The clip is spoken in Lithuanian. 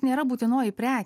nėra būtinoji prekė